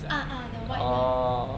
ah ah the white lines